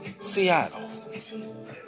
Seattle